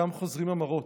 ואיתם חוזרים המראות,